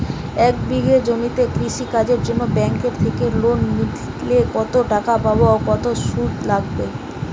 এক বিঘে জমিতে কৃষি কাজের জন্য ব্যাঙ্কের থেকে লোন নিলে কত টাকা পাবো ও কত শুধু দিতে হবে?